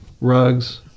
rugs